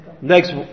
Next